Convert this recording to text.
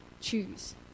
Choose